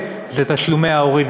זה תשלומי ההורים.